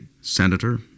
senator